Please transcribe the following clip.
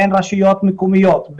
בין רשויות מקומיות,